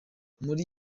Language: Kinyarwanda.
muri